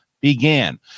began